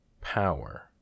power